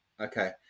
okay